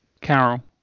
Carol